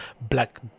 black